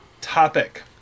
topic